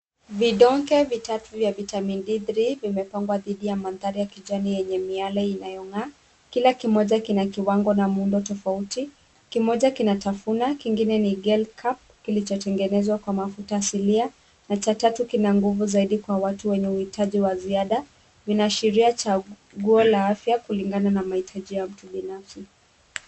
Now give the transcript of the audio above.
Vidonge vitatu vya vitamini D3 vimepangwa dhidi ya mandhari ya kijani yenye miale inayong'aa. Kila kimoja kina kiwango na muundo tofauti. Kimoja kina tafuna, kingine ni gel cap kilichotengenezwa kwa mafuta asilia, na cha tatu kina nguvu zaidi kwa watu wenye uhitaji wa ziada. Vinaashiria chaguo la afya kulingana na mahitaji ya mtu binafsi.